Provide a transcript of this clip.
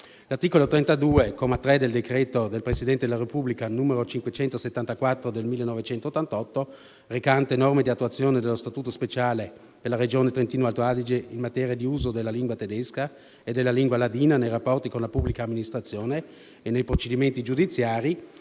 L'articolo 32, comma 3, del decreto del Presidente della Repubblica 15 luglio 1988, n. 574, recante norme di attuazione dello Statuto speciale per la Regione Trentino-Alto Adige in materia di uso della lingua tedesca e della lingua ladina nei rapporti con la pubblica amministrazione e nei procedimenti giudiziari,